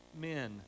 men